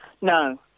No